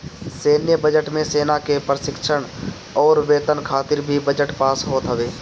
सैन्य बजट मे सेना के प्रशिक्षण अउरी वेतन खातिर भी बजट पास होत हवे